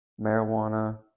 marijuana